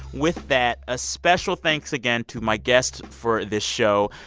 with that, a special thanks again to my guests for this show,